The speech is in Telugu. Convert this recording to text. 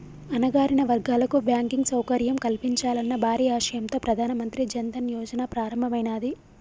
అణగారిన వర్గాలకు బ్యాంకింగ్ సౌకర్యం కల్పించాలన్న భారీ ఆశయంతో ప్రధాన మంత్రి జన్ ధన్ యోజన ప్రారంభమైనాది